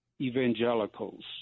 evangelicals